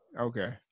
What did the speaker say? okay